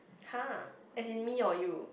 !huh! as in me or you